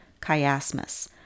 chiasmus